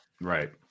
Right